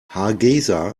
hargeysa